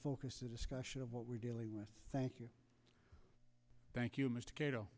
focus a discussion of what we're dealing with thank you thank you mr cato